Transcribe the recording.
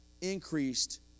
increased